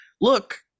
look